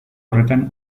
horretan